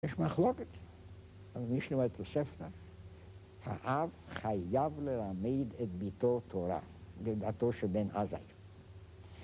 יש מחלוקת, אז מי שרואה את הספר, האב חייב ללמד את בתו תורה, לדעתו של בן עזאי.